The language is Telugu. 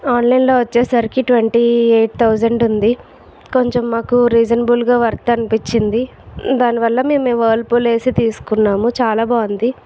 ఆన్లైన్ లో వచ్చేసరికి ట్వంటీ ఎయిట్ థౌసండ్ ఉంది కొంచెం మాకు రీజనబుల్ గా వర్త్ అనిపించింది దానివల్ల మేము వర్పూల్ ఏసీ తీసుకున్నాము చాలా బాగుంది